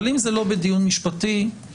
אבל אם זה לא בדיון משפטי --- אדוני,